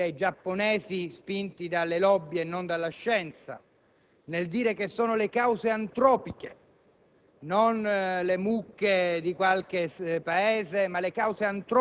internazionale è praticamente unanime, a parte alcuni giapponesi spinti dalle *lobby* e non dalla scienza, nel dire che non sono le mucche